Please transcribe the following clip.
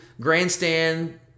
grandstand